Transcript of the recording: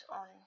on